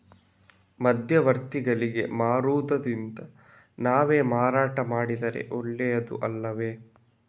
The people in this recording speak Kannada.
ಮಧ್ಯವರ್ತಿಗಳಿಗೆ ಮಾರುವುದಿಂದ ನಾವೇ ಮಾರಾಟ ಮಾಡಿದರೆ ಒಳ್ಳೆಯದು ಅಲ್ಲವೇ?